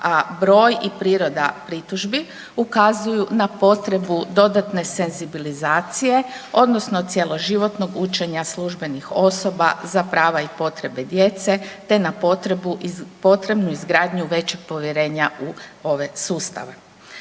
broj i priroda pritužbi ukazuju na potrebu dodatne senzibilizacije odnosno cjeloživotnog učenja službenih osoba za prava i potrebe djece te na potrebnu izgradnju većeg povjerenja u ove sustave.